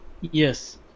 Yes